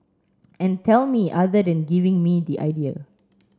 and tell me other than giving me the idea